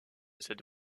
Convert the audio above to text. cette